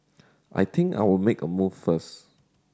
I think I'll make a move first